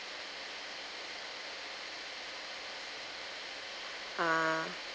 uh